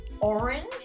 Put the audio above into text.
orange